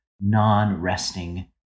non-resting